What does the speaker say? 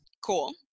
Cool